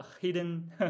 hidden